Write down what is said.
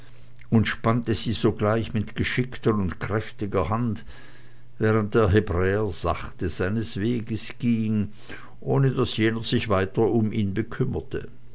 und spannte sie sogleich mit geschickter und kräftiger hand während der hebräer sachte seines weges ging ohne daß jener sich weiter um ihn kümmerte